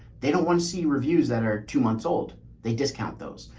they don't want to see reviews that are two months old. they discount those.